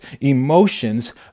emotions